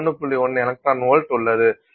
1 electron volt உள்ளது